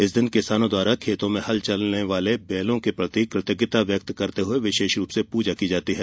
इस दिन किसानों द्वारा खेतों में हल चलने वाले बैलों के प्रति कृतज्ञता व्यक्त करते हुए विशेष रूप से पूजा की जाती है